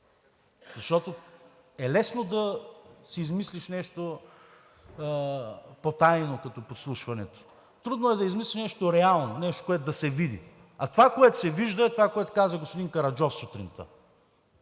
защото е лесно да си измислиш нещо потайно като подслушването. Трудно е да измислиш нещо реално, нещо, което да се види, а това, което се вижда, е това, което каза господин Караджов сутринта.